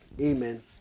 Amen